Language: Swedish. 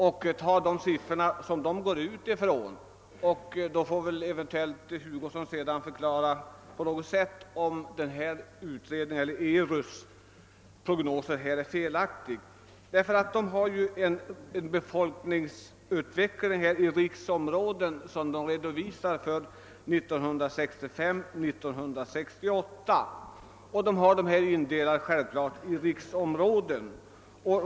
Jag vill då använda de siffror som denna utgår från. Sedan får herr Hugosson tala om huruvida denna utrednings eller ERU:s prognoser är felaktiga. Utredningen redovisar för 1965—1968 en befolkningsutveckling. Självklart har man där indelat denna i riksområden.